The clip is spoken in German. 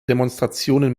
demonstrationen